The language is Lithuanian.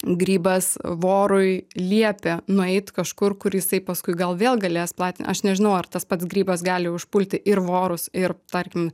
grybas vorui liepė nueit kažkur kur jisai paskui gal vėl galės platinti aš nežinau ar tas pats grybas gali užpulti ir vorus ir tarkim